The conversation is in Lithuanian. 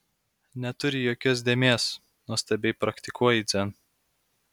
neturi jokios dėmės nuostabiai praktikuoji dzen